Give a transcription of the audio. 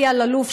אלי אלאלוף,